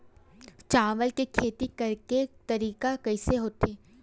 चावल के खेती करेके तरीका कइसे होथे?